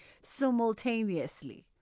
simultaneously